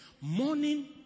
morning